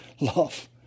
love